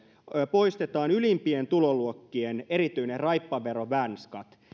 poistetaan ylimpien tuloluokkien erityinen raippavero värnskatt